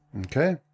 Okay